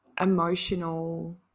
emotional